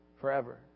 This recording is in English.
forever